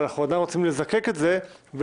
אבל אנחנו עדיין רוצים לזקק את זה ולהדגיש